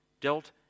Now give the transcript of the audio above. dealt